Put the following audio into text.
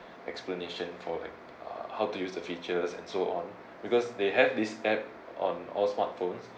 explanation for like uh how to use the features and so on because they have this app on all smartphones